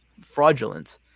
fraudulent